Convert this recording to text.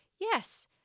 Yes